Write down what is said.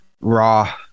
raw